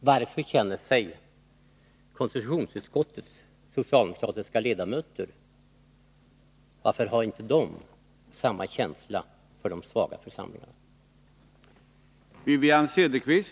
Varför har inte konstitutionsutskottets socialdemokratiska ledamöter samma känsla för de svaga i samhället?